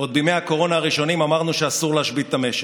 עוד בימי הקורונה הראשונים אמרנו שאסור להשבית את המשק.